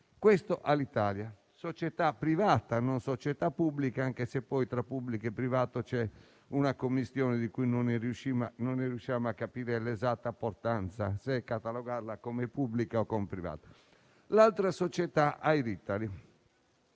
Alitalia, una società privata e non pubblica, anche se poi tra pubblico e privato c'è una commistione di cui non riusciamo a capire l'esatta portata, ossia se catalogarla come pubblica o come privata. L'altra società è Air Italy: